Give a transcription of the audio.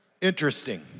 interesting